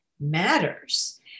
matters